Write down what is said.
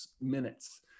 minutes